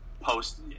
post